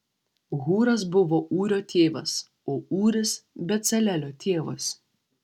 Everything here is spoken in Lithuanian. hūras buvo ūrio tėvas o ūris becalelio tėvas